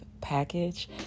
package